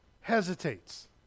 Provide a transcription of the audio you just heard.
hesitates